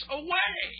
away